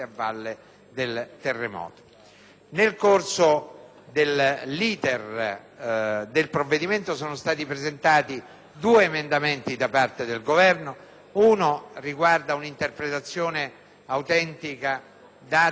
Nel corso dell'esame del provvedimento sono stati presentati due emendamenti da parte del Governo. Il primo riguarda un'interpretazione autentica delle modalità